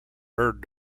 bird